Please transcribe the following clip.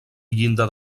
llinda